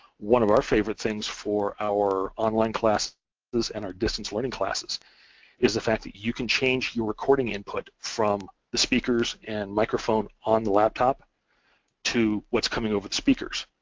one of our favourite things for our online classes and our distance learning classes is the fact that you can change your recording input from the speakers and microphone on the laptop to what's coming over the speakers.